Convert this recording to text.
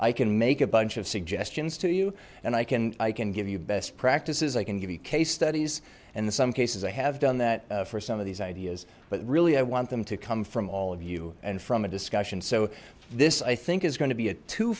i can make a bunch of suggestions to you and i can i can give you best practices i can give you case studies and in some cases i have done that for some of these ideas but really i want them to come from all of you and from a discussion so this i think is going to be a two